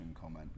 comment